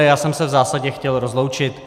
Já jsem se v zásadě chtěl rozloučit.